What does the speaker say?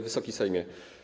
Wysoki Sejmie!